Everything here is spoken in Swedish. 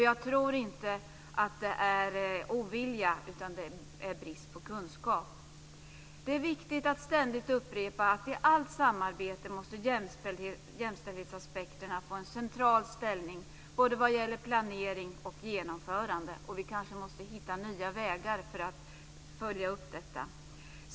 Jag tror inte att det är ovilja utan brist på kunskap. Det är viktigt att ständigt upprepa att i allt samarbete måste jämställdhetsaspekterna få en central ställning vad gäller både planering och genomförande. Vi kanske måste hitta nya vägar för att följa upp detta.